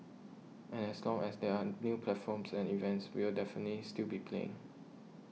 and as long as there are new platforms and events we will definitely still be playing